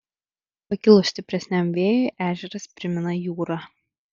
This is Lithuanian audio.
pakilus stipresniam vėjui ežeras primena jūrą